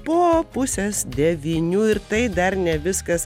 po pusės devynių ir tai dar ne viskas